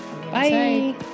Bye